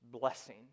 blessing